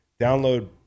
Download